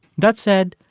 that said,